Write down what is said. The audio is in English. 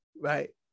right